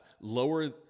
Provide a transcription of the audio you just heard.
lower